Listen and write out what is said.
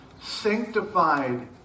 sanctified